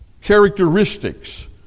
characteristics